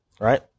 Right